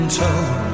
told